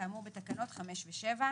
כאמור בתקנות 5 ו-7,